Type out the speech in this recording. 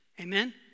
Amen